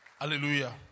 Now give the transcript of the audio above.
Hallelujah